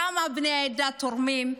כמה בני העדה תורמים.